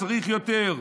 צריך יותר.